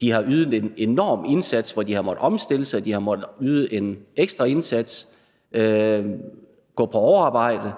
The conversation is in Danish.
De har ydet en enorm indsats, hvor de har måttet omstille sig. De har måttet yde en ekstra indsats og tage overarbejde